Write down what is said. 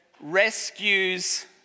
rescues